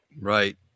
right